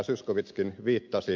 zyskowiczkin viittasi